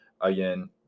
again